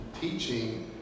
teaching